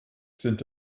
sind